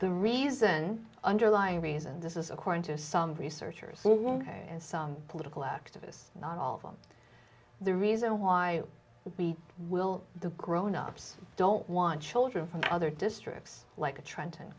the reason underlying reason this is according to some researchers and some political activists not all of them the reason why we will the grownups don't want children from other districts like the trenton